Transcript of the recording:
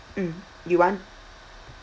mm you want